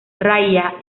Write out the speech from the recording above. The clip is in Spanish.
raya